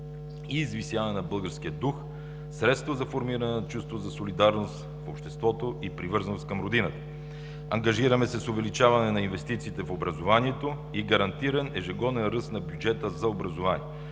и извисяване на българския дух, средство за формиране на чувство за солидарност в обществото и привързаност към родината. Ангажираме се с увеличаване на инвестициите в образованието и гарантиран ежегоден ръст на бюджета за образование,